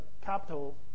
capital